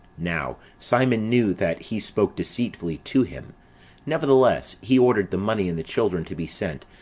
now simon knew that he spoke deceitfully to him nevertheless, he ordered the money and the children to be sent,